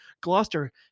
Gloucester